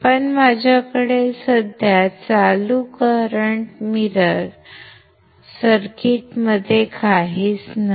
पण माझ्याकडे साध्या चालू मिरर सर्किटमध्ये काहीच नाही